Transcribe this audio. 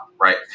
right